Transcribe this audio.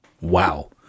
Wow